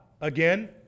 again